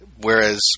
whereas